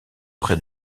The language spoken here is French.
près